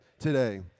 today